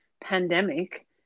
pandemic